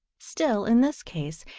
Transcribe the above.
still, in this case,